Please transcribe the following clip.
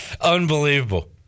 unbelievable